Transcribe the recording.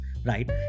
Right